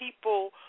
people